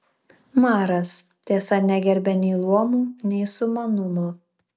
maras tiesa negerbė nei luomų nei sumanumo